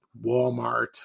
Walmart